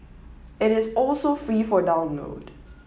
it is also free for download